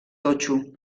totxo